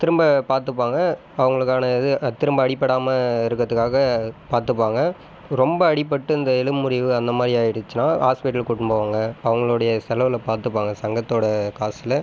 திரும்ப பார்த்துப்பாங்க அவங்களுக்கான இது திரும்ப அடிபடாமல் இருக்கிறதுக்காக பார்த்துப்பாங்க ரொம்ப அடிபட்டு இந்த எலும்பு முறிவு அந்தமாதிரி ஆயிடுச்சுன்னா ஹாஸ்பிட்டல் கூட்டின்னு போவாங்க அவங்களுடைய செலவில் பார்த்துப்பாங்க சங்கத்தோடய காசில்